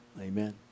Amen